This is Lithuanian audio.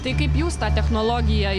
tai kaip jūs tą technologiją